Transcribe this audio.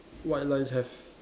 white lines have